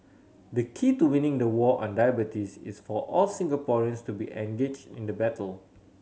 the key to winning the war on diabetes is for all Singaporeans to be engaged in the battle